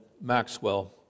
Maxwell